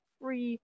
free